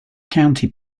county